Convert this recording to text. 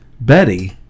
Betty